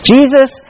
Jesus